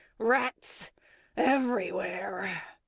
rats everywhere.